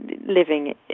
living